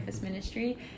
ministry